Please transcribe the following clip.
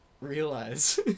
realize